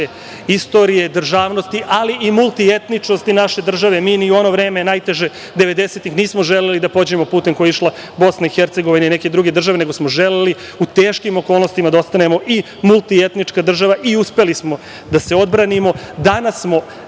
istorije, državnosti, ali i multietničnosti naše države. Mi ni u ono vreme, najteže, devedesetih, nismo želeli da pođemo putem kojim je išla Bosna i Hercegovina i neke druge države, nego smo želeli u teškim okolnostima da ostanemo i multietnička država i uspeli smo da se odbranimo. Danas